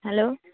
hello